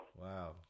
Wow